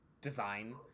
design